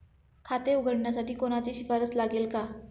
खाते उघडण्यासाठी कोणाची शिफारस लागेल का?